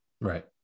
Right